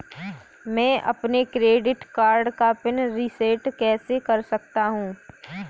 मैं अपने credit card का पिन रिसेट कैसे कर सकता हूँ?